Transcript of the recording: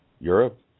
Europe